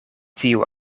tiu